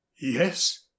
Yes